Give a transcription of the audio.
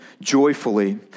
joyfully